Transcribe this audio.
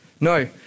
No